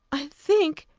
i think,